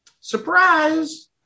Surprise